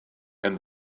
and